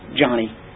Johnny